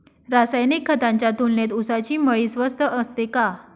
रासायनिक खतांच्या तुलनेत ऊसाची मळी स्वस्त असते का?